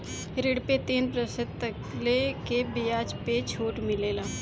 ऋण पे तीन प्रतिशत तकले के बियाज पे छुट मिलेला